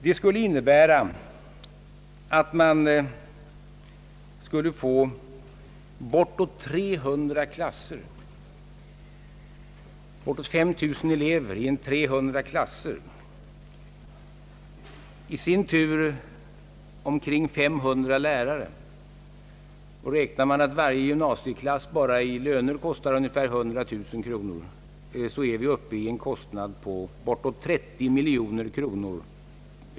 Det innebär att man skulle få bortåt 300 klasser med cirka 5 000 elever. I sin tur skulle detta kräva omkring 500 lärare. Räknar man med att varje gymnasieklass bara i löner kostar ungefär 100 000 kronor om året, så är vi uppe i en kostnad på bortåt 30 miljoner kronor.